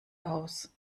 aus